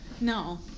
No